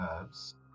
herbs